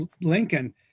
Lincoln